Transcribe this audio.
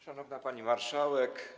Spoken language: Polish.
Szanowna Pani Marszałek!